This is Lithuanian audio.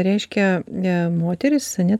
reiškia moterys ane